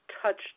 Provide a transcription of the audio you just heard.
Touched